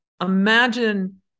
Imagine